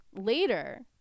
later